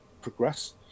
progress